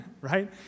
right